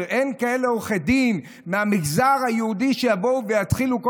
שאין כאלה עורכי דין מהמגזר היהודי שיבואו ויתחילו,